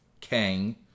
Kang